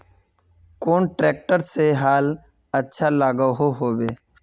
कुन ट्रैक्टर से हाल अच्छा लागोहो होबे?